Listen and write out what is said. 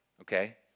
okay